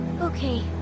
Okay